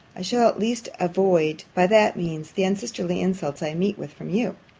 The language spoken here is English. i shall at least avoid, by that means, the unsisterly insults i meet with from you.